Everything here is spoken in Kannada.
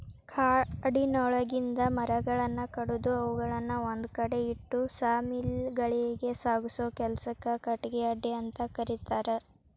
ಕಾಡಿನೊಳಗಿಂದ ಮರಗಳನ್ನ ಕಡದು ಅವುಗಳನ್ನ ಒಂದ್ಕಡೆ ಇಟ್ಟು ಸಾ ಮಿಲ್ ಗಳಿಗೆ ಸಾಗಸೋ ಕೆಲ್ಸಕ್ಕ ಕಟಗಿ ಅಡ್ಡೆಅಂತ ಕರೇತಾರ